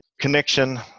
connection